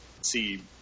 see